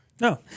No